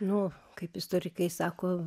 nu kaip istorikai sako